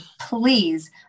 please